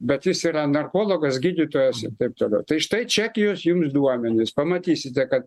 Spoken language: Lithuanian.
bet jis yra narkologas gydytojas ir taip toliau tai štai čekijos jums duomenys pamatysite kad